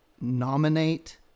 Nominate